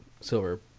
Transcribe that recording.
silver